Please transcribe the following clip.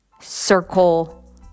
circle